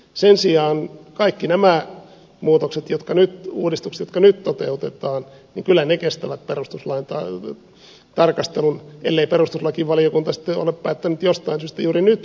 sen sijaan kaikki nämä muutokset uudistukset jotka nyt toteutetaan kyllä kestävät perustuslain tarkastelun ellei perustuslakivaliokunta sitten ole päättänyt jostain syystä juuri nyt vaihtaa kantaansa